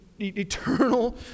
eternal